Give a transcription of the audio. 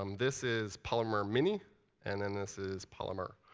um this is polymer mini and then this is polymer.